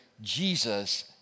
Jesus